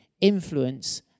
influence